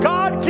God